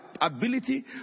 ability